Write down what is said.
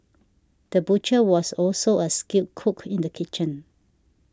the butcher was also a skilled cook in the kitchen